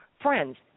Friends